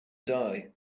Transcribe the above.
die